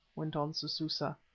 went on sususa.